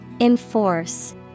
Enforce